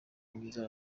mwiza